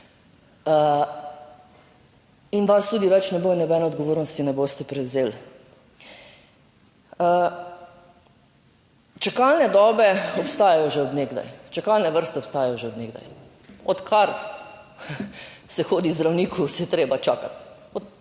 in vas tudi več ne bo, nobene odgovornosti ne boste prevzeli. Čakalne dobe obstajajo že od nekdaj, čakalne vrste obstajajo že od nekdaj. Odkar se hodi k zdravniku je treba čakati,